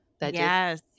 Yes